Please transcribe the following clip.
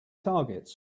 targets